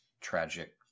tragic